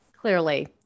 clearly